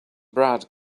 brad